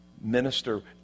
minister